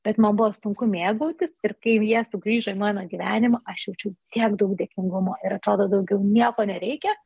bet man buvo sunku mėgautis ir kai jau jie sugrįžo į mano gyvenimą aš jaučiau tiek daug dėkingumo ir atrodo daugiau nieko nereikia